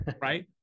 Right